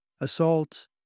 assaults